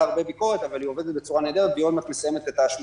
הרבה ביקורת שעובדת בצורה נהדרת ועוד מעט מסיימת את ה-8